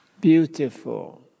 beautiful